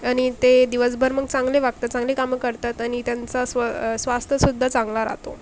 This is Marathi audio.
आणि ते दिवसभर मग चांगले वागतात चांगली कामं करतात आणि त्यांचा स्व स्वास्थ्य सुद्धा चांगला राहतो